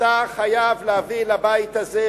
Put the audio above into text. אתה חייב להביא לבית הזה,